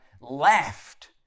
laughed